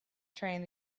train